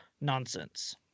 Nonsense